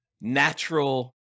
natural